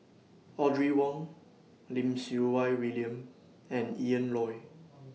Audrey Wong Lim Siew Wai William and Ian Loy